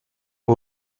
fue